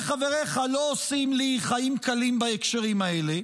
אתה וחבריך לא עושים לי חיים קלים בהקשרים האלה,